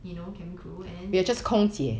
you know cabin crew and then we